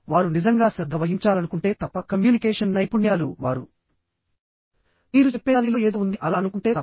వారు నిజంగా శ్రద్ధ వహించాలనుకుంటే తప్ప కమ్యూనికేషన్ నైపుణ్యాలు వారు మీరు చెప్పేదానిలో ఏదో ముఖ్యమైన విషయం ఉంది అలా అనుకుంటే తప్ప